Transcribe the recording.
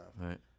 Right